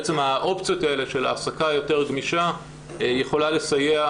בעצם האופציות האלה של העסקה יותר גמישה יכולה לסייע